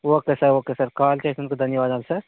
okay sir okay sir call చేసినందుకు ధన్యవాదాలు sir